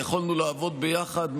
ויכולנו לעבוד ביחד,